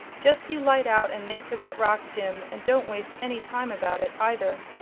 just you light out and make for that rock, jim and don't waste any time about it, either.